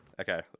Okay